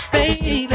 Baby